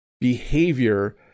behavior